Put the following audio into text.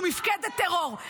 שהוא מפקדת טרור.